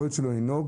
לנהוג.